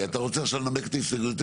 אתה רוצה לנמק עכשיו את ההסתייגות?